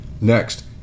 next